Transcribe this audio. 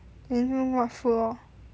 then what food lor